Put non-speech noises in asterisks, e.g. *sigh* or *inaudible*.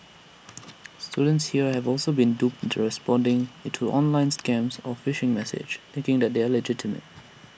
*noise* students here have also been duped into responding into online scams or phishing message thinking that they are legitimate